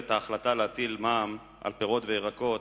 את ההחלטה להטיל מע"מ על פירות וירקות,